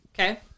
Okay